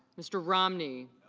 mr. romney